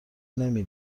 نمی